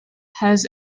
has